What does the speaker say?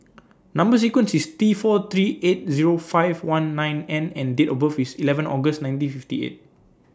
Number sequence IS T four three eight Zero five one nine N and Date of birth IS eleven August nineteen fifty eight